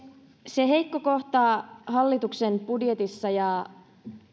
se heikko kohta hallituksen budjetissa ja